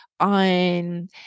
on